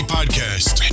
Podcast